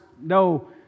no